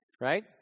Right